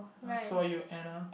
I saw you Anna